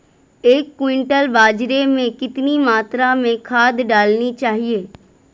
एक क्विंटल बाजरे में कितनी मात्रा में खाद डालनी चाहिए?